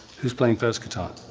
who's playing first guitar?